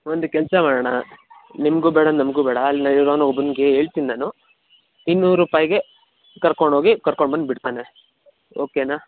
ಒಂದು ಕೆಲಸ ಮಾಡೋಣ ನಿಮಗೂ ಬೇಡ ನಮಗೂ ಬೇಡ ಅಲ್ಲೇ ಇರೋನು ಒಬ್ಬನಿಗೆ ಹೇಳ್ತೀನಿ ನಾನು ಇನ್ನೂರು ರೂಪಾಯಿಗೆ ಕರ್ಕೊಂಡೋಗಿ ಕರ್ಕೊಂಡ್ಬಂದು ಬಿಡ್ತಾನೆ ಓಕೆನಾ